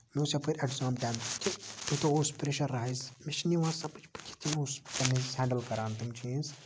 مےٚ اوس یَپٲرۍ اٮ۪کزام ٹینٹھٕ تہِ تیوٗتاہ اوس پریشیرایِز مےٚ چھُنہٕ یِوان سَمج بہٕ کِتھ کٔنۍ اوسُس تمہِ وِز ہٮ۪نڈٔل تِم چیٖز